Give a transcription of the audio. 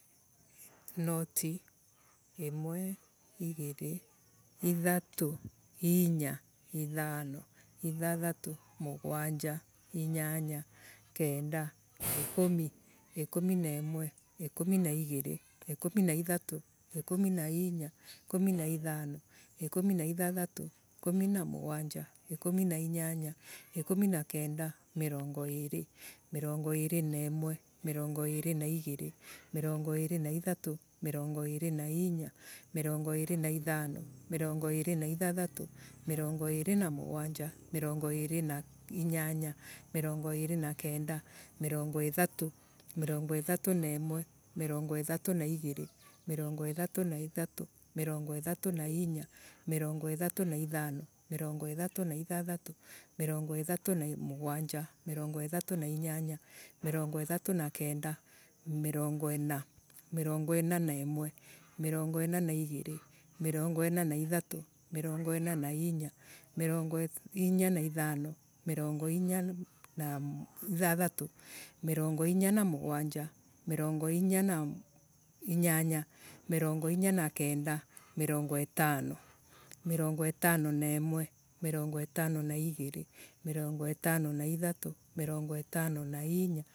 Noti imwe. igire. ithatu. inya. ithano. ithathato. mugwanja. inyanya. kenda. iikumi. ikumi na imwe. ikumi na igiire. ikumi na ithatu. ikumi na inya. ikumi na ithano. ikumi na ithathatu. ikumi na mugwanja. ikumi na inyanya. ikumi na kenda. mirongo iiri. mirongo iiri na imwe. mirongo irii na igiire. mirongo irii na ithatu. mirongo iiri na inya. mirongo iiri na ithano. mirongo iiri na ithathatu. mirongo iiri na mugwanja. irongo iiri na inyanya. mirongo iirii na kenda. mirongo ithatu. mirongo ithatu na imwe. mirongo ithatu na igiire. mirongo ithatu na ithatu. mirongo ithatu na inya. mirongo ithatu na ithano. mirongo ithatu na ithathatu. mirongo ithatu na mugwanja. mirongo ithatu na inyanya. mirongo ithatu na kenda. mirongo ina. mirongo ina na imwe. mirongo ina na igiiri. mirongo ina na thatu. mirongo ina na inya. mirongo inya na ithano. mirongo inya na itha Thatu. mirongo inya na mugwanja. mirongo inya na inyanya. mirongo inya na kenda. mirongo itano. mirongo itano na imwe. mirongo itano na igiire. mirongo itano na ithatu. mirongo itano na inya.